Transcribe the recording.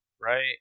Right